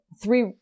three